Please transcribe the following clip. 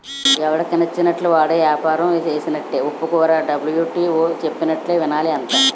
ఎవడికి నచ్చినట్లు వాడు ఏపారం సేస్తానంటే ఒప్పుకోర్రా డబ్ల్యు.టి.ఓ చెప్పినట్టే వినాలి అంతా